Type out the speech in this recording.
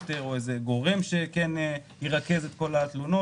יותר או איזה גורם שירכז את כל התלונות.